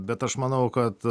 bet aš manau kad